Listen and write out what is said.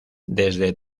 desde